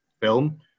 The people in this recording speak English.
film